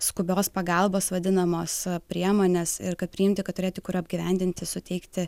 skubios pagalbos vadinamos priemones ir kad priimti kad turėti kur apgyvendinti suteikti